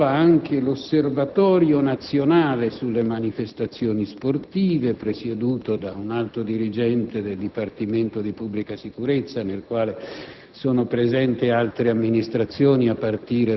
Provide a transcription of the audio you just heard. Della vicenda si è occupato anche l'Osservatorio nazionale sulle manifestazioni sportive, presieduto da un alto dirigente del Dipartimento di pubblica sicurezza, nel quale